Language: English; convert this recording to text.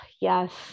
yes